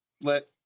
Let